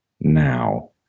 now